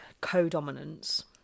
co-dominance